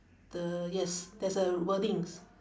the yes there's a wordings